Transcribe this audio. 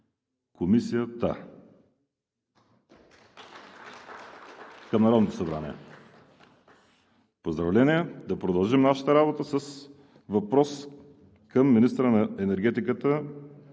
Комисията към Народното събрание. (Ръкопляскания.) Поздравления! Да продължим нашата работа с въпрос към министъра на енергетиката